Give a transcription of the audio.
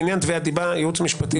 אני צריכה פה איזה רציפות בדיבור.